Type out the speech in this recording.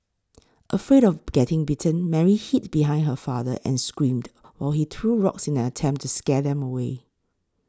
afraid of getting bitten Mary hid behind her father and screamed while he threw rocks in an attempt to scare them away